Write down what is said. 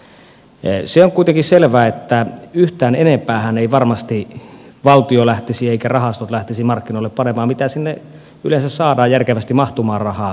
se on kuitenkin selvää että yhtään enempäähän ei varmasti valtio lähtisi eivätkä rahastot lähtisi markkinoille panemaan kuin sinne yleensä saadaan järkevästi mahtumaan rahaa